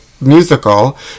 Musical